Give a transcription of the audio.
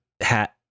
hat